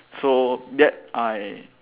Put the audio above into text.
so that I